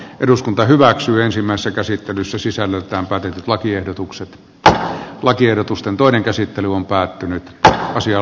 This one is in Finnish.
eduskunta hyväksyy ensimmäistä käsittelyssä sisällöltään päätetyt lakiehdotukset että lakiehdotusten toinen käsittely on päättynyt tähän asiaan